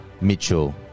Mitchell